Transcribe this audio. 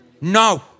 No